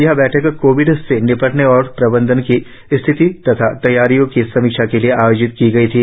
यह बैठक कोविड से निपटने और प्रबंधन की स्थिति तथा तैयारियों की समीक्षा के लिए आयोजित की गई थी